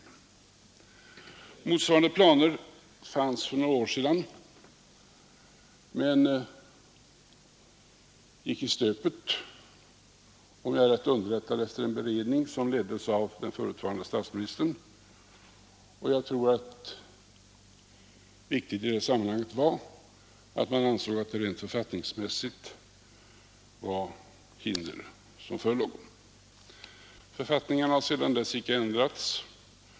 Onsdagen den Motsvarande planer fanns för några år sedan men gick i stöpet; om jag är 8 november 1972 rätt informerad skedde det efter en beredning som leddes av förutvarande statsministern. Jag tror att viktigt i sammanhanget var att man ansåg att det förelåg hinder rent författningsmässigt. Men författningarna har icke ändrats sedan dess.